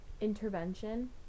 Intervention